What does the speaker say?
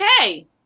okay